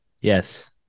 Yes